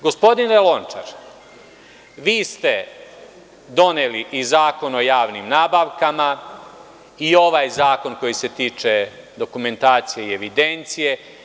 Gospodine Lončar, vi ste doneli i Zakon o javnim nabavkama i ovaj zakon koji se tiče dokumentacije i evidencije.